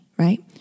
right